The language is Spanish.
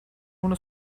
una